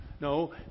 No